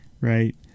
right